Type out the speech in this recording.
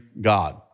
God